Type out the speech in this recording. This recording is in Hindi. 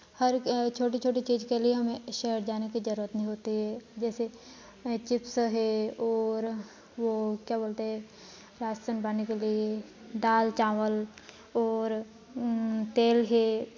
हर छोटी छोटी चीज़ के लिए हमें शहर जाने की जरूरत नहीं होती है जैसे चिप्स हैं और वह क्या बोलते हैं राशन पाने के लिए दाल चावल और तेल है